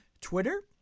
Twitter